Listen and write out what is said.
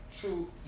True